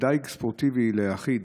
לדיג ספורטיבי ליחיד,